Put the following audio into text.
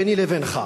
ביני לבינך.